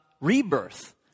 rebirth